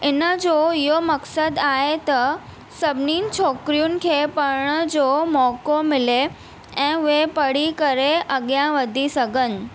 इन जो इहो मक़सदु आहे त सभिनीनि छोकिरियुनि खे पढ़ण जो मौको मिले ऐं उहे पढ़ी करे अॻियां वधी सघनि